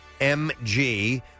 MG